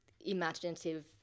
imaginative